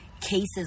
cases